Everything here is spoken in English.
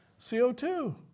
CO2